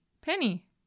Penny